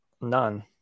none